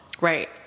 Right